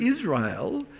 Israel